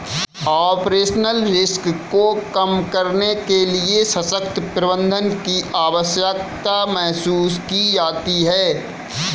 operational risk को कम करने के लिए सशक्त प्रबंधन की आवश्यकता महसूस की जाती है